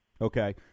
Okay